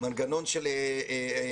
זה מנגנון של הגנה.